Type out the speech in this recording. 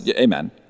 amen